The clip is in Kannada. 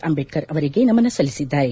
ಅಂಬೇಡ್ಕರ್ ಅವರಿಗೆ ನಮನ ಸಲ್ಲಿಸಿದ್ದಾರೆ